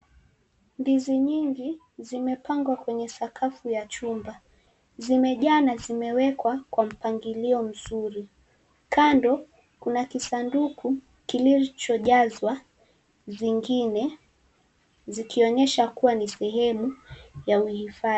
Ndizi nyingi zimepangwa kwa sakafu ya chumba. Zimejaa na zimewekwa kwa mpangilio mzuri. Kando kuna kisanduku kilichojazwa zengine zikionyesha kuwa ni sehemu za uhifadhi.